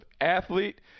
athlete